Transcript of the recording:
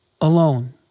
alone